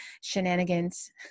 shenanigans